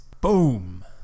Boom